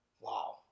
Wow